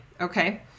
Okay